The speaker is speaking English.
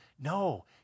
No